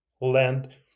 land